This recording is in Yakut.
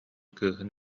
кыыһын